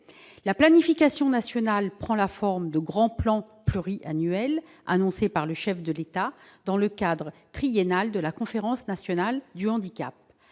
La planification nationale prend la forme de grands plans pluriannuels, généralement annoncés par le chef de l'État dans le cadre triennal de la conférence nationale du handicap.